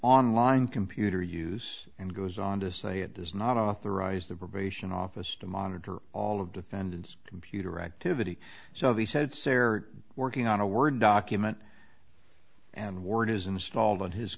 online computer use and goes on to say it does not authorize the probation office to monitor all of defendants computer activity so they said say are working on a word document and word is installed on his